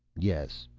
yes.